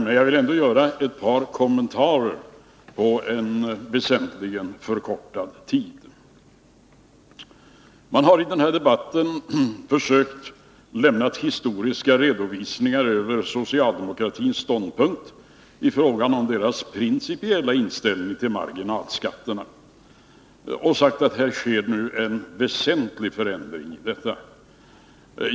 Men jag vill ändå göra ett par kommentarer under en väsentligen förkortad taletid. Man har i den här debatten försökt lämna historiska redovisningar över socialdemokraternas ståndpunkt i fråga om deras principiella inställning till marginalskatterna och sagt att det nu har skett en väsentlig förändring i denna.